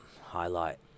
highlight